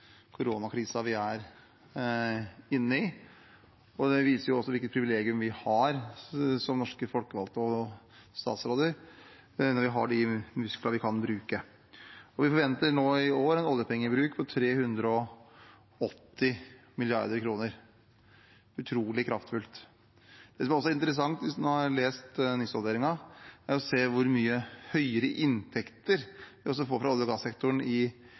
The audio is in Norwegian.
vi er i. Det viser hvilket privilegium vi som norske folkevalgte og statsråder har når vi kan bruke disse musklene. Vi forventer i år å ha en oljepengebruk på 380 mrd. kr. Det er utrolig kraftfullt. Det som også er interessant, hvis man leser nysalderingen, er å se hvor mye høyere inntekter vi har fått fra olje- og gassektoren i